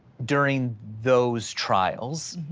during those trials,